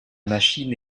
machine